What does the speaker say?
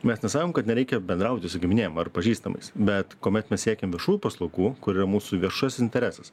mes nesakom kad nereikia bendrauti su giminėm ar pažįstamais bet kuomet mes siekiam viešųjų paslaugų kur yra mūsų viešas interesas